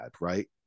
right